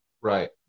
Right